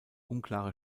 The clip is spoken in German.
unklare